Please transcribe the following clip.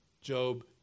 Job